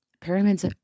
pyramids